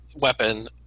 weapon